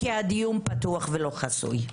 כי הדיון פתוח ולא חסוי.